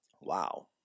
Wow